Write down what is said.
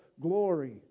glory